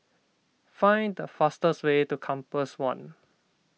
find the fastest way to Compass one